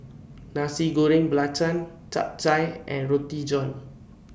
Nasi Goreng Belacan Chap Chai and Roti John